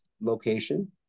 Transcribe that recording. location